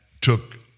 took